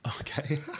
Okay